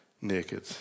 naked